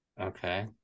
okay